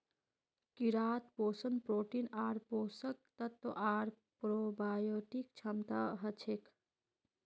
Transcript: कीड़ात पोषण प्रोटीन आर पोषक तत्व आर प्रोबायोटिक क्षमता हछेक